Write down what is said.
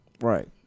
Right